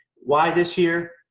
why this year,